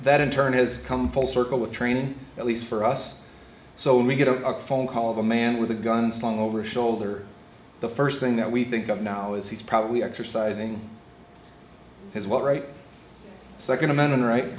that in turn has come full circle with training at least for us so when we get a phone call of a man with a gun slung over his shoulder the first thing that we think of now is he's probably exercising his well right second amendment right